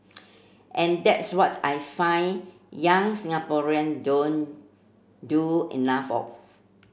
and that's what I find young Singaporean don't do enough of